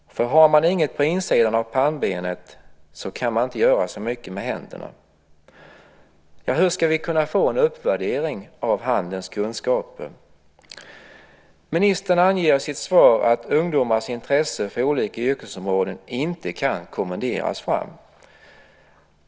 Om man inte har något på insidan av pannbenet kan man inte heller göra så mycket med händerna. Hur ska vi kunna få en uppvärdering av handens kunskaper? Ministern anger i sitt svar att ungdomars intresse för olika yrkesområden inte kan kommenderas fram.